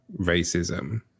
racism